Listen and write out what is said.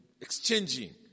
exchanging